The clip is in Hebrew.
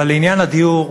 אבל לעניין הדיור,